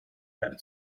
beim